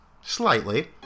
Slightly